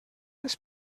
ens